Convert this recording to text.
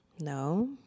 no